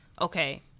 okay